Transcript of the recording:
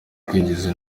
kwinjiza